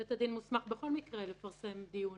בית הדין מוסמך בכל מקרה לפרסם דיון